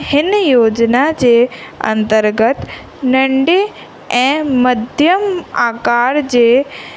हिन योजना जे अंतर्गत नंढे ऐं मध्यम आकार जे